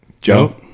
Joe